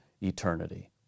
eternity